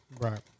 Right